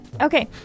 Okay